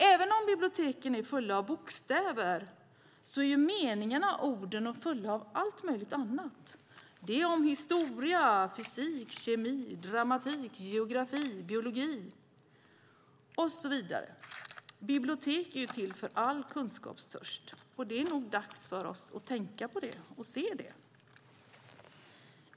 Även om biblioteken är fulla av bokstäver är meningarna och orden fulla av allt möjligt annat - om historia fysik, kemi, dramatik, geografi, biologi och så vidare. Bibliotek är till för all kunskapstörst! Det är nog dags för oss att tänka på det och att se det.